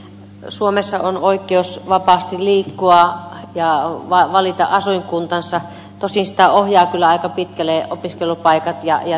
suomessa on oikeus vapaasti liikkua ja valita asuinkuntansa tosin sitä ohjaavat kyllä aika pitkälle opiskelupaikat ja työpaikat